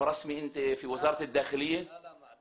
שאשתו וילדיו מגישים בקשה והוא לא?